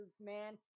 man